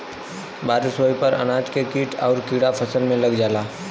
बारिस होये पर अनाज में कीट आउर कीड़ा फसल में लग जाला